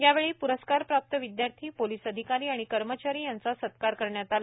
यावेळी प्रस्कार प्राप्त विद्यार्थी पोलीस अधिकारी आणि कर्मचारी यांचा सत्कार करण्यात आला